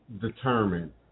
determine